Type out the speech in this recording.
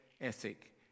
ethic